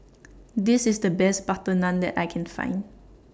This IS The Best Butter Naan that I Can Find